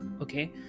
okay